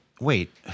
Wait